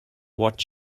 watch